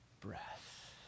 breath